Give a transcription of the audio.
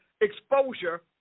exposure